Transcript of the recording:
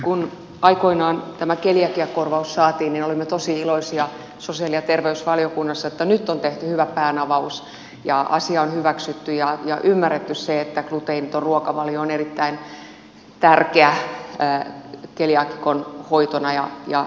kun aikoinaan tämä keliakiakorvaus saatiin niin olimme tosi iloisia sosiaali ja terveysvaliokunnassa että nyt on tehty hyvä päänavaus ja asia on hyväksytty ja ymmärretty se että gluteiiniton ruokavalio on erittäin tärkeä keliaakikon hoitona ja lääkkeenä